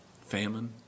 famine